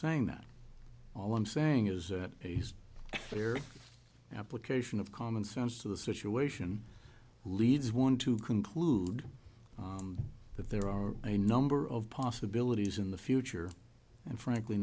saying that all i'm saying is that he's fair application of common sense to the situation leads one to conclude that there are a number of possibilities in the future and frankly